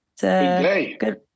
good